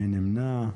מי נמנע?